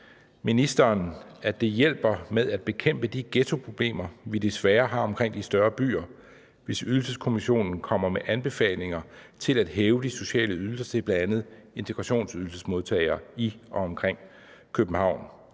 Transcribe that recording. at det hjælper med at bekæmpe de ghettoproblemer, vi desværre har omkring de større byer, hvis Ydelseskommissionen kommer med anbefalinger til at hæve de sociale ydelser til bl.a. integrationsydelsesmodtagere i og omkring København